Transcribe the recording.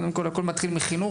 קודם כול, הכול מתחיל בחינוך.